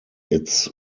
its